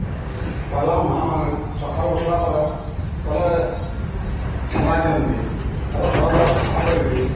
ପହେଲା ମା ମାନେ ସଖାଳୁ ଉଠିଲା ପରେ ପହିଲେ ଛେରା ଦିଅନ୍ତି ତାପରେ ଘରଦ୍ୱାର ସଫା କରିକିରି